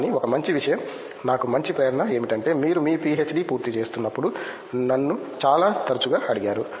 కానీ ఒక మంచి విషయం నాకు మంచి ప్రేరణ ఏమిటంటే మీరు మీ పీహెచ్డీ పూర్తిచేస్తున్నప్పుడు నన్ను చాలా తరచుగా అడిగారు